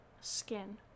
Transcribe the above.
skin